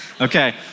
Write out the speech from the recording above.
Okay